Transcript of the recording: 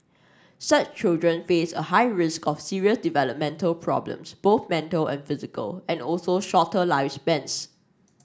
such children face a high risk of serious developmental problems both mental and physical and also shorter lifespans